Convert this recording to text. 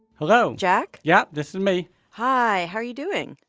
hello jack? yeah, this is me hi. how are you doing?